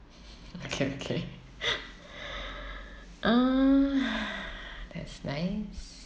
okay okay uh that's nice